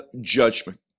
judgment